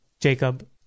Jacob